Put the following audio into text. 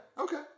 Okay